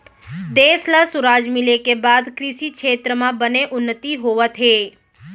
देस ल सुराज मिले के बाद कृसि छेत्र म बने उन्नति होवत हे